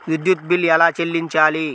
విద్యుత్ బిల్ ఎలా చెల్లించాలి?